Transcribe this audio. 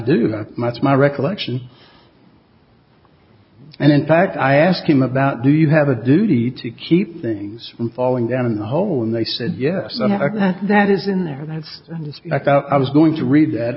have much my recollection and in fact i asked him about do you have a duty to keep things from falling down in the hole and they said yes that is in there that i thought i was going to read